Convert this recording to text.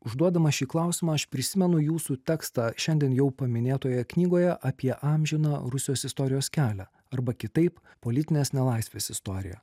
užduodamas šį klausimą aš prisimenu jūsų tekstą šiandien jau paminėtoje knygoje apie amžiną rusijos istorijos kelią arba kitaip politinės nelaisvės istoriją